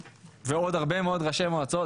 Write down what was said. ועוד הרבה מאוד ראשות מועצה,